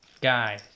guy